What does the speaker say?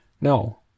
No